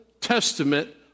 Testament